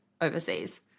overseas